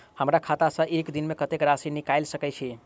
हमरा खाता सऽ एक दिन मे कतेक राशि निकाइल सकै छी